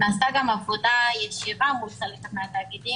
נעשתה גם העבודה ישירה מול --- התאגידים